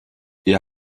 ihr